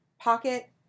pocket